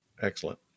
Excellent